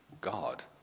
God